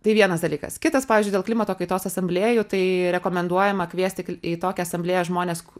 tai vienas dalykas kitas pavyzdžiui dėl klimato kaitos asamblėjų tai rekomenduojama kviesti į tokią asamblėją žmones